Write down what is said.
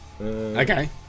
Okay